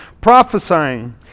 prophesying